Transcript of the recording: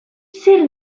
zer